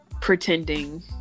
pretending